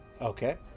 Okay